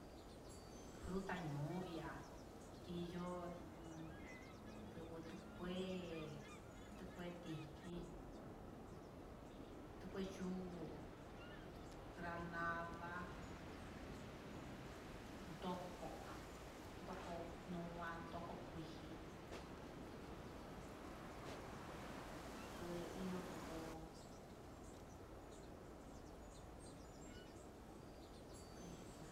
Fruta ño'o ihá, iho jun ndubu tukué ndukue ndijin, tukué yuu granada ndoko, ndoko nuan, ndoko kuii, he ihó ndoko un hay já.